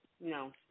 No